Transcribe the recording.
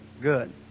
good